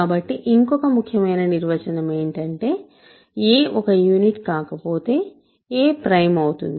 కాబట్టి ఇంకొక ముఖ్యమైన నిర్వచనం ఏంటంటే a ఒక యూనిట్ కాకపోతే a ప్రైమ్ అవుతుంది